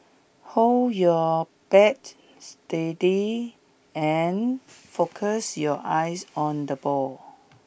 hold your bat steady and focus your eyes on the ball